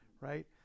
right